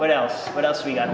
what else what else we got